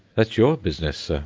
that's your business, sir,